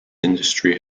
industry